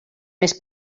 més